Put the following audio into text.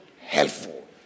helpful